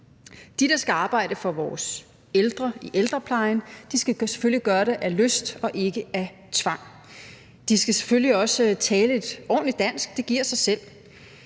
De, der skal arbejde for vores ældre i ældreplejen, skal selvfølgelig gøre det af lyst og ikke af tvang. De skal selvfølgelig også tale et ordentligt dansk; det giver sig selv.